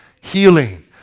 healing